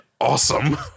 awesome